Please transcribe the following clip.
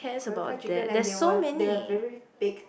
Korean fried chicken and they will they'll have very big